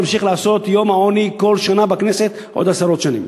ונמשיך לעשות יום העוני כל שנה בכנסת עוד עשרות שנים.